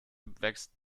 wächst